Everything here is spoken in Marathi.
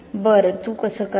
बरं तू कसं करणार